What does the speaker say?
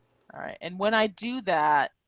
and when i do that,